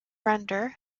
render